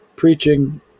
preaching